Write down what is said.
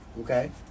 Okay